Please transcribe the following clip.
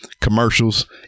commercials